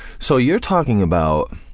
so you're talking about